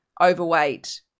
overweight